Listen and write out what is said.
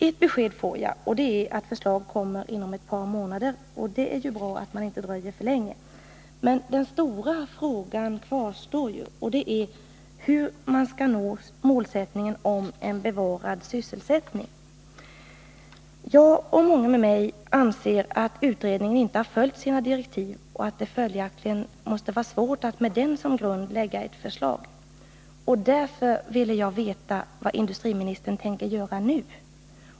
Ett besked får jag, och det är att förslag kommer inom ett par månader. Och det är ju bra att man inte dröjer för länge. Men den stora frågan kvarstår ju, nämligen hur man skall nå målet bevarad sysselsättning. Jag och många med mig anser att utredningen inte har följt sina direktiv och att det följaktligen måste vara svårt att med den som grund lägga fram ett förslag. Därför ville jag veta vad industriministern tänker göra nu.